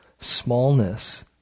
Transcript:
smallness